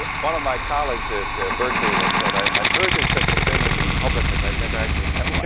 one of my colleagues at berkeley once said, i've heard there's such a thing as a republican, but i've never actually met one.